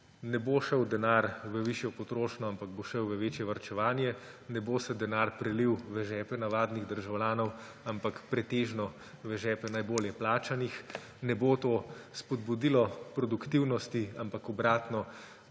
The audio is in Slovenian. Ne bo šel denar v višjo potrošnjo, ampak bo šel v večje varčevanje, ne bo se denar prelil v žepe navadnih državljanov, ampak pretežno v žepe najbolje plačanih. Ne bo to spodbudilo produktivnosti, ampak obratno,